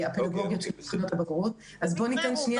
הפדגוגיות של בחינות הבגרות אז בוא תיתן לי שנייה